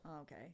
okay